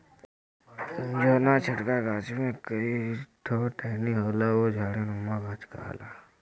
जौना छोटका गाछ में कई ठो टहनी होला उ झाड़ीनुमा गाछ कहाला